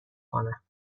کنم